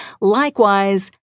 Likewise